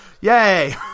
Yay